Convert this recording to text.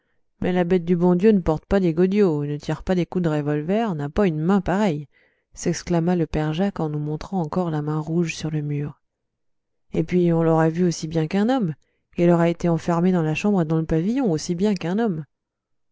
mais la bête du bon dieu ne porte pas de godillots ne tire pas des coups de revolver n'a pas une main pareille s'exclama le père jacques en nous montrant encore la main rouge sur le mur et puis on l'aurait vue aussi bien qu'un homme et elle aurait été enfermée dans la chambre et dans le pavillon aussi bien qu'un homme